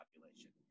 population